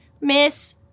Miss